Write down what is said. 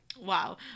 Wow